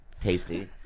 Tasty